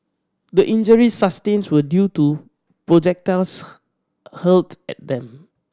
the injuries sustained were due to projectiles hurled at them